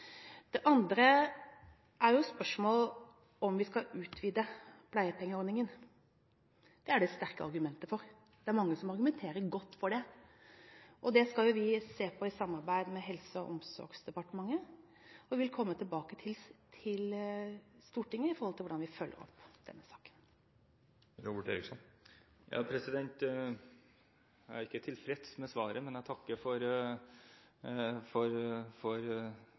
Det andre er jo et spørsmål om vi skal utvide pleiepengeordningen. Det er det sterke argumenter for. Det er mange som argumenterer godt for det. Det skal vi se på i samarbeid med Helse- og omsorgsdepartementet. Vi vil komme tilbake til Stortinget med hensyn til hvordan vi følger opp denne saken. Jeg er ikke tilfreds med svaret, men jeg takker for